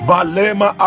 Balema